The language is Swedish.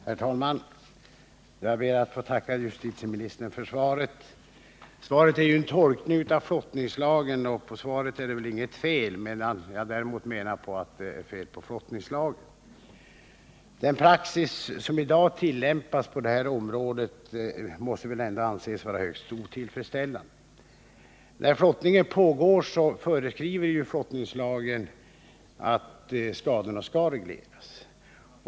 Herr talman! Jag ber att få tacka justitieministern för svaret. Svaret är ju en tolkning av flottningslagen, och på själva svaret är det väl inget fel, men jag menar att det däremot är fel på flottningslagen. Den praxis som i dag tillämpas på det här området måste anses vara högst otillfredsställande. Flottningslagen föreskriver att när flottning pågår skall skadorna regleras.